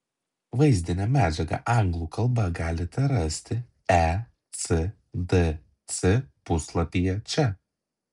vaizdinę medžiagą anglų kalba galite rasti ecdc puslapyje čia